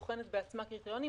היא בוחנת בעצמה קריטריונים,